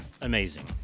amazing